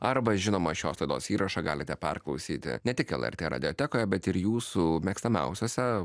arba žinoma šios laidos įrašą galite perklausyti ne tik lrt radiotekoje bet ir jūsų mėgstamiausiose